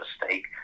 mistake